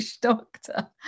doctor